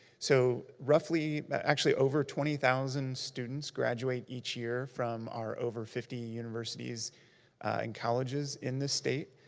so roughly, actually, over twenty thousand students graduate each year from our over fifty universities and colleges in this state,